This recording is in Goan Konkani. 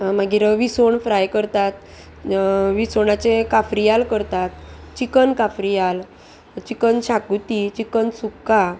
मागीर विसवण फ्राय करतात विसवणाचे काफ्रियाल करतात चिकन काफ्रियाल चिकन शाकुती चिकन सुका